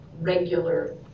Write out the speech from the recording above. regular